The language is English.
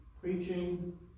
preaching